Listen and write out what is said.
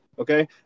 Okay